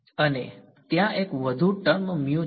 અને ત્યાં એક વધુ ટર્મ છે